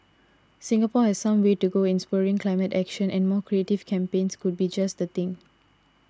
Singapore has some way to go in spurring climate action and more creative campaigns could be just the thing